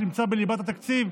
שנמצא בליבת התקציב,